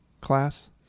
class